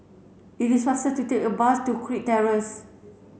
it is faster to take a bus to Kirk Terrace